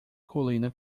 colina